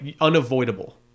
unavoidable